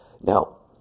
Now